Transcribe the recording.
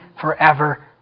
forever